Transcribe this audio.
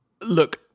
Look